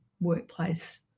workplace